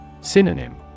Synonym